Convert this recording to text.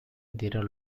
dieron